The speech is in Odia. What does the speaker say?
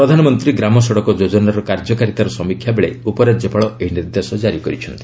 ପ୍ରଧାନମନ୍ତ୍ରୀ ଗ୍ରାମ ସଡ଼କ ଯୋଜନାର କାର୍ଯ୍ୟକାରିତାର ସମୀକ୍ଷାବେଳେ ଉପରାଜ୍ୟପାଳ ଏହି ନିର୍ଦ୍ଦେଶ କାରି କରିଚ୍ଛନ୍ତି